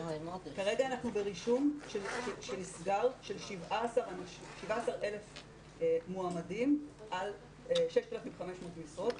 כרגע אנחנו ברישום של 17,000 מועמדים על 6,500 משרות.